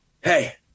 Hey